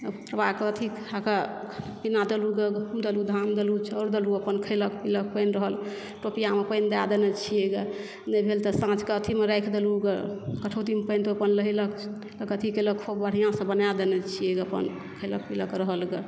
एतबा कऽ अथी खाइकऽ पीना देलूँ ग धान देलहुॅं चाउर देलहुॅं अपन खयलक पीलक पानि रहल टोपियामे पानि दय देने छियै ग नहि भेल तऽ साँझ के अथीमे राखि देलहुॅं ग कठौती मे पानि तऽ ओ अपन नहेलक तऽ अथी केलक खोप खूब बढ़िऑं से बना देने छियै अपन खेलक पीलक रहल ग